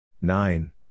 Nine